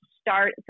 start